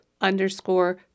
underscore